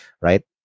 right